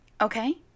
Okay